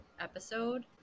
episode